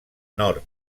nord